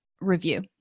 review